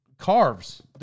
carves